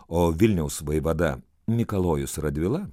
o vilniaus vaivada mikalojus radvila